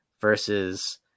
versus